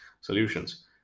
solutions